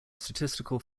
statistical